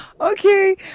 Okay